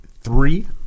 three